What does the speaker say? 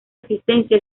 existencia